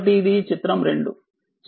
కాబట్టి ఇది చిత్రం 2